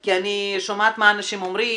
כי אני שומעת מה אנשים אומרים,